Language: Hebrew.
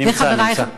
נמצא, נמצא.